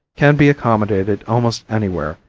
can be accommodated almost anywhere,